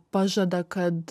pažada kad